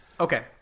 Okay